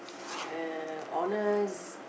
and honest